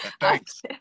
Thanks